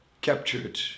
captured